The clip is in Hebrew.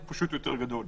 הוא פשוט יותר גדול,